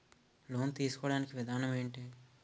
Loan తీసుకోడానికి విధానం ఏంటి?